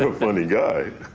um funny guy